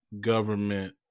government